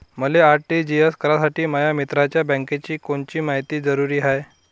मले आर.टी.जी.एस करासाठी माया मित्राच्या बँकेची कोनची मायती जरुरी हाय?